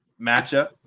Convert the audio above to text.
matchup